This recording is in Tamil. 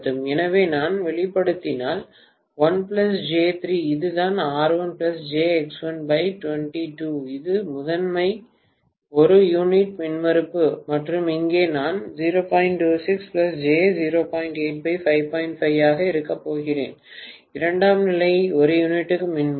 எனவே நான் வெளிப்படுத்தினால் இதுதான் இதுதான் முதன்மை ஒரு யூனிட் மின்மறுப்பு மற்றும் இங்கே நான் ஆக இருக்கப் போகிறேன் இரண்டாம் நிலை ஒரு யூனிட் மின்மறுப்பு